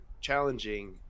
challenging